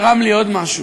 צרם לי עוד משהו,